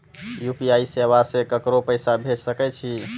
UPI सेवा से ककरो पैसा भेज सके छी?